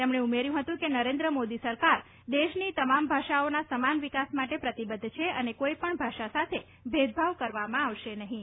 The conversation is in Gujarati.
તેમણે ઉમેર્યું હતું કે નરેન્દ્ર મોદી સરકાર દેશના તમામ ભાષાઓના સમાન વિકાસ માટે પ્રતિબદ્ધ છે અને કોઈપણ ભાષા સાથે ભેદભાવ કરવામાં આવશે નહીં